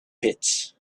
pits